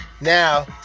Now